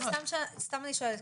סתם אני שואלת,